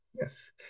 Yes